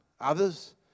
others